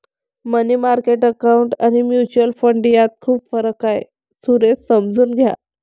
मनी market account आणि mutual fund यात खूप फरक आहे, सुरेश समजून घ्या